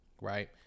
right